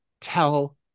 tell